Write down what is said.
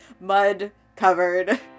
mud-covered